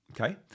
okay